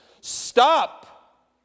Stop